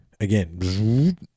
again